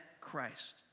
Christ